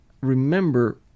remember